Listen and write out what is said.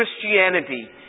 Christianity